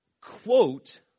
quote